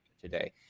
today